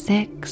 Six